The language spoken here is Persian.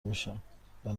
میشم، به